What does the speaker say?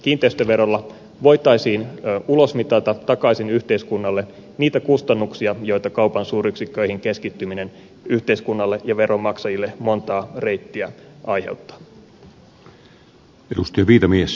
kiinteistöverolla voitaisiin ulosmitata takaisin yhteiskunnalle niitä kustannuksia joita kaupan suuryksikköihin keskittyminen yhteiskunnalle ja veronmaksajille montaa reittiä aiheuttaa